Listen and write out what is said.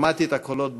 שמעתי את הקולות במליאה,